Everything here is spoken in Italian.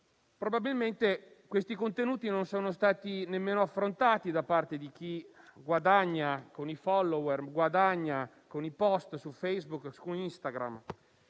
Probabilmente questi contenuti non sono stati nemmeno affrontati da parte di chi guadagna con i *follower* e con i *post* su Facebook e Instagram,